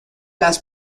las